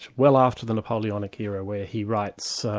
well after the napoleonic era, where he writes